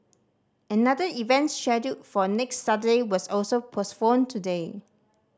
another event scheduled for next Saturday was also postponed today